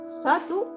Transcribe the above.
Satu